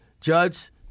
Judge